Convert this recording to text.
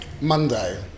Monday